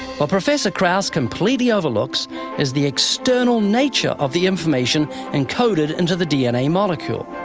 what professor krauss completely overlooks is the external nature of the information encoded into the dna molecule,